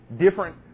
Different